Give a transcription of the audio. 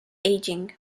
aging